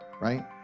right